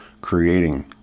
creating